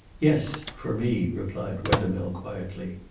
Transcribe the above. yes for me, replied wethermill quietly.